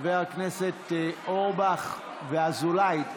חברי הכנסת אורבך ואזולאי.